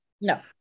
no